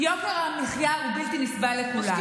יוקר המחיה הוא בלתי נסבל לכולנו.